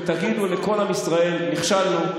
ותגידו לכל עם ישראל: נכשלנו,